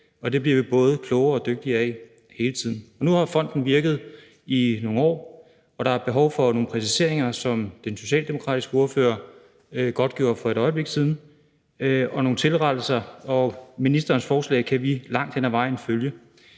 og det bliver vi både klogere og dygtigere af hele tiden. Nu har fonden virket i nogle år, og der er behov for nogle præciseringer og tilrettelser, som den socialdemokratiske ordfører godtgjorde for et øjeblik siden, og vi kan langt hen ad vejen støtte